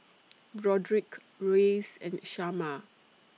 Broderick Reyes and Shamar